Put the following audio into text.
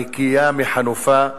נקייה מחנופה,